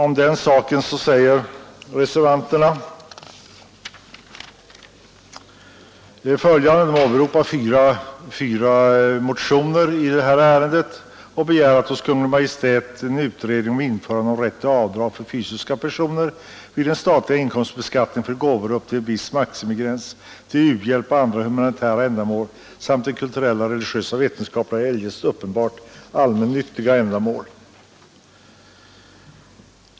Reservanterna åberopar fyra motioner i detta ärende och begär hos Kungl. Maj:t ”utredning om införande av rätt till avdrag för fysiska personer vid den statliga inkomstbeskattningen för gåvor upp till en viss maximigräns till u-hjälp och andra humanitära ändamål samt till kulturella, religiösa, vetenskapliga eller eljest uppenbart allmännyttiga ändamål”.